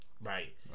Right